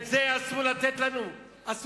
את זה אסור לתת להם.